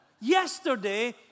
Yesterday